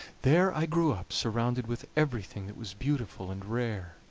there i grew up surrounded with everything that was beautiful and rare,